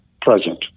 present